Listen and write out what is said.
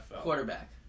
Quarterback